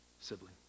sibling